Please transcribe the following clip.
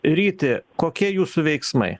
ryti kokie jūsų veiksmai